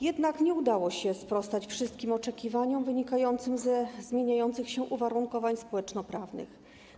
Jednak nie udało się sprostać wszystkim oczekiwaniom wynikającym ze zmieniających się uwarunkowań społeczno-prawnych.